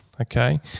okay